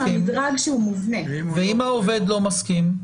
אם העובד לא מסכים,